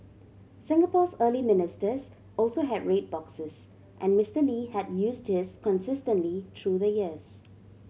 Singapore's early ministers also had red boxes and Mister Lee had used his consistently through the years